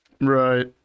Right